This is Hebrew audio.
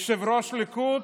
יושב-ראש הליכוד,